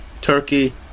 Turkey